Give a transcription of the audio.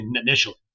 initially